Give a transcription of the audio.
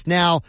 now